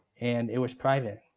and it was private.